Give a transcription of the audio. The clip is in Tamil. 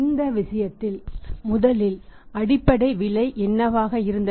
இந்த விஷயத்தில் முதலில் அடிப்படை விலை என்னவாக இருந்தது